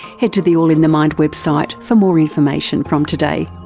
head to the all in the mind website for more information from today.